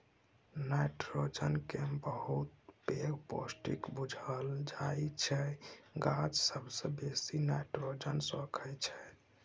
nitrogen केँ बहुत पैघ पौष्टिक बुझल जाइ छै गाछ सबसँ बेसी नाइट्रोजन सोखय छै